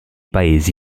paesi